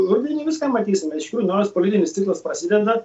rudenį viską matysime iš tikrųjų naujas politinis ciklas prasideda